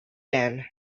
land